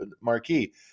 marquee